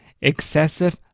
excessive